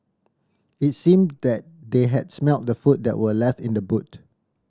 it seemed that they had smelt the food that were left in the boot